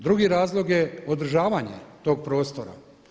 Drugi razlog je održavanje tog prostora.